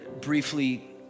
briefly